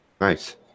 Nice